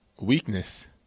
weakness